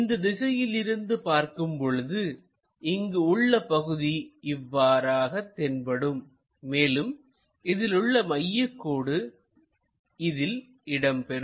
இந்த திசையில் இருந்து பார்க்கும் பொழுது இங்கு உள்ள பகுதி இவ்வாறாக தென்படும் மேலும் இதில் உள்ள மையக்கோடு இதில் இடம்பெறும்